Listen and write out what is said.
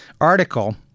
article